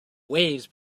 waves